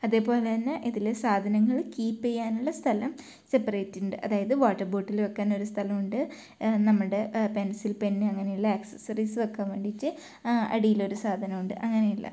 അതേപോലെ തന്നെ ഇതിൽ സാധനങ്ങൾ കീപ്പ് ചെയ്യാനുള്ള സ്ഥലം സെപ്പറേറ്റ് ഉണ്ട് അതായത് വാട്ടർ ബോട്ടിൽ വെയ്ക്കാൻ ഒരു സ്ഥലമുണ്ട് നമ്മുടെ പെൻസിൽ പെന്ന് അങ്ങനെയുള്ള ആക്സസറീസ് വയ്ക്കാൻ വേണ്ടീട്ട് അടിയിൽ ഒരു സാധനമുണ്ട് അങ്ങനെയെല്ലാം